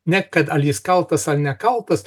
ne kad ar jis kaltas ar nekaltas